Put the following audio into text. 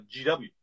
GW